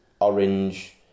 orange